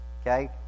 okay